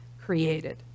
created